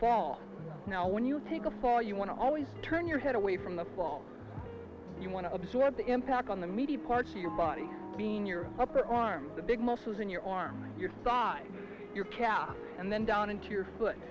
fall now when you take a fall you want to always turn your head away from the ball you want to absorb the impact on the midi parts of your body being your upper arm the big muscles in your arm your thigh your couch and then down into your foot